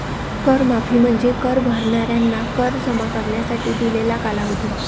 कर माफी म्हणजे कर भरणाऱ्यांना कर जमा करण्यासाठी दिलेला कालावधी